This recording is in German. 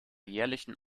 jährlichen